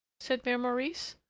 said mere maurice,